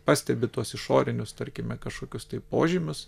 pastebi tuos išorinius tarkime kažkokius tai požymius